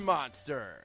Monster